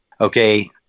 okay